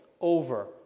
over